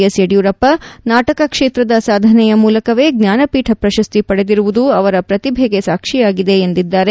S Yediyurappa ನಾಟಕ ಕ್ಷೇತ್ರದ ಸಾಧನೆಯ ಮೂಲಕವೇ ಜ್ಞಾನ ಪೀಠ ಪ್ರಶಸ್ತಿ ಪಡೆದಿರುವುದು ಅವರ ಪ್ರತಿಭೆಗೆ ಸಾಕ್ಷಿಯಾಗಿದೆ ಎಂದರು